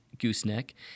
gooseneck